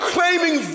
Claiming